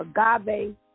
agave